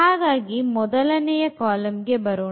ಹಾಗಾಗಿ ಮೊದಲನೆಯ ಕಾಲಂ ಗೇ ಬರೋಣ